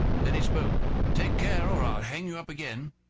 then he spoke take care, or i'll hang you up again.